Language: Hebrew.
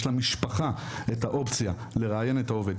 יש למשפחה אופציה לראיין את העובד,